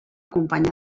companya